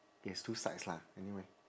yes two sides lah anyway